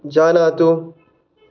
जानातु